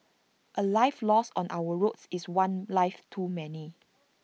A life lost on our roads is one life too many